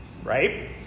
Right